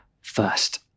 first